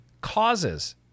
Causes